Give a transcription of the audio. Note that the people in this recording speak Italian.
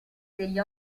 degli